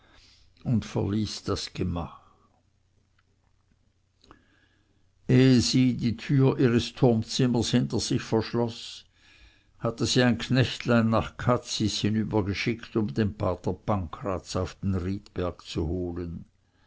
und verließ das gemach ehe sie die tür ihres turmzimmers hinter sich verschloß hatte sie ein knechtlein nach cazis hinübergeschickt um den pater pancraz auf den riedberg zu holen